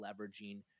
leveraging